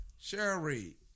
Sherry